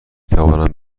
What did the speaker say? توانم